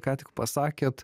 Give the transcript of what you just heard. ką tik pasakėt